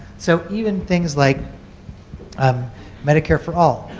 so even things like um medicare for all,